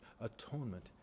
atonement